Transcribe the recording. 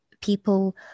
people